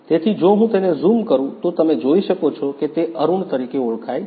તેથી જો હું તેને ઝૂમ કરું તો તમે જોઈ શકો છો કે તે અરુણ તરીકે ઓળખાઈ છે